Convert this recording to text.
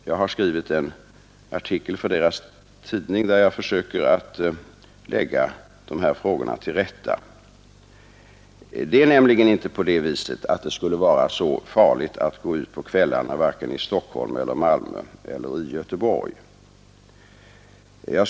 Jag har skrivit en artikel för förbundets tidning, där jag försökt lägga dessa frågor till rätta. Det är nämligen inte så farligt att gå ut på kvällen vare sig i Stockholm, Malmö eller Göteborg.